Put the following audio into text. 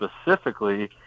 specifically